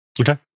Okay